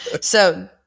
So-